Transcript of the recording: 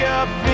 up